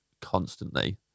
constantly